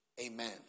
Amen